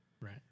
Right